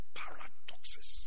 paradoxes